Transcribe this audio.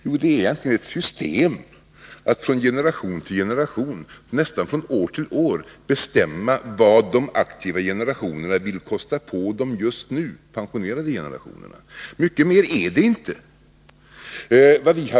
Jo, det är ett nytt system att från generation till generation, nästan från år till år, bestämma vad de aktiva generationerna vill kosta på de just nu pensionerade generationerna. Mycket mer är det inte.